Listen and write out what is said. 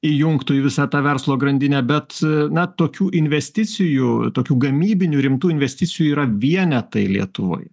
įjungtų į visą tą verslo grandinę bet na tokių investicijų tokių gamybinių rimtų investicijų yra vienetai lietuvoj